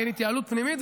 התייעלות פנימית,